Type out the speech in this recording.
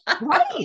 Right